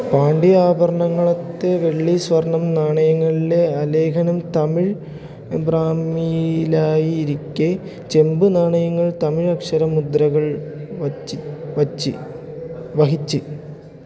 പാണ്ഡ്യാഭരണങ്ങളിലത്തെ വെള്ളി സ്വർണ്ണം നാണയങ്ങളിലെ ആലേഖനം തമിഴ് ബ്രാമിയിലായിരിക്കെ ചെമ്പ് നാണയങ്ങൾ തമിഴക്ഷര മുദ്രകൾ വെച്ച് വെച്ച് വഹിച്ച്